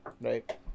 right